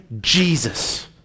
Jesus